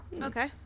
okay